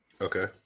Okay